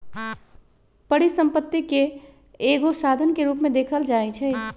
परिसम्पत्ति के एगो साधन के रूप में देखल जाइछइ